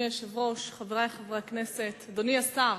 אדוני היושב-ראש, חברי חברי הכנסת, אדוני השר,